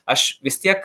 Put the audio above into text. aš vis tiek